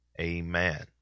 Amen